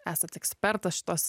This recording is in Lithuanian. esat ekspertas šitos